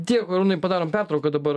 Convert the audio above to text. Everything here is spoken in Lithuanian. dėkui arūnai padarom pertrauką dabar